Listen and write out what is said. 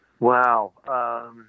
wow